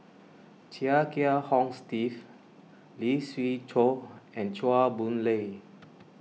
Chia Kiah Hong Steve Lee Siew Choh and Chua Boon Lay